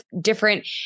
different